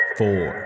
four